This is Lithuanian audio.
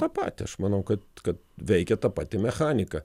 tą patį aš manau kad kad veikia ta pati mechanika